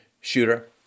shooter